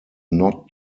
not